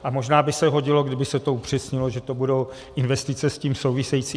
A možná by se hodilo, kdyby se to upřesnilo, že to budou investice s tím související.